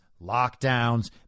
lockdowns